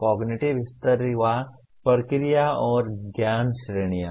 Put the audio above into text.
cognitive स्तर वा प्रक्रिया और ज्ञान श्रेणियां